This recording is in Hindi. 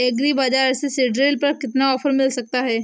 एग्री बाजार से सीडड्रिल पर कितना ऑफर मिल सकता है?